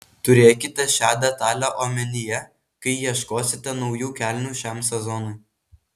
turėkite šią detalę omenyje kai ieškosite naujų kelnių šiam sezonui